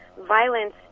violence